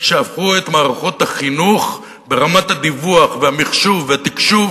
שהפכו את מערכות החינוך ברמת הדיווח והמחשוב והתקשוב